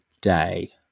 day